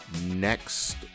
next